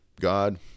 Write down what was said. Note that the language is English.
God